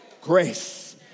grace